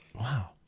Wow